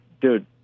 dude